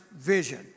vision